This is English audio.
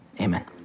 amen